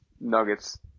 Nuggets